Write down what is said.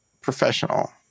professional